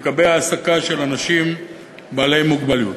לגבי העסקה של אנשים עם מוגבלות.